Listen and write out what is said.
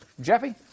Jeffy